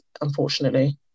unfortunately